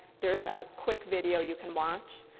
there's a quick video you can watch.